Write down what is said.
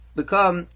become